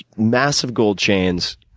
massive gold chains,